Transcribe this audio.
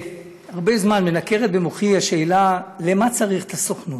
הרבה זמן מנקרת במוחי השאלה למה צריך את הסוכנות.